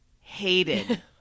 hated